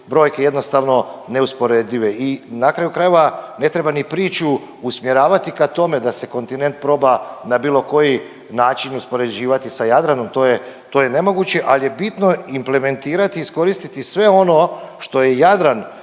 brojke jednostavno neusporedive i na kraju krajeva, ne treba ni priču usmjeravati ka tome da se kontinent proba na bilo koji način uspoređivati sa Jadranom, to je nemoguće, ali je bitno implementirati i iskoristiti sve ono što je Jadran